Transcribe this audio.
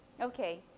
Okay